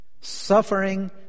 Suffering